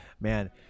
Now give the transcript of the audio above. Man